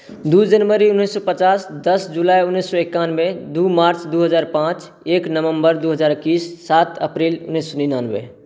दू जनवरी उन्नैस सए पचास दस जुलाई उन्नैस सए एकानबे दू मार्च दू हजार पाँच एक नवम्बर दू हजार इक्कीस सात अप्रैल उन्नैस सए निनानबे